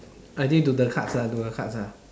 I think to the cards ah to the cards ah